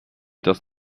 does